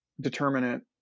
determinant